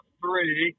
three